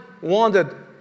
wanted